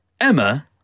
Emma